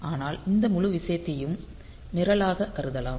ஆனால் இந்த முழு விஷயத்தையும் நிரலாகக் கருதலாம்